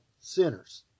sinners